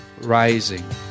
rising